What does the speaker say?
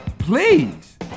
Please